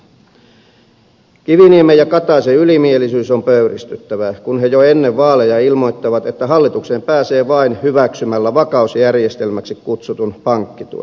kiviniemen ja kataisen ylimielisyys on pöyristyttävää kun he jo ennen vaaleja ilmoittavat että hallitukseen pääsee vain hyväksymällä vakausjärjestelmäksi kutsutun pankkituen